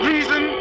Reason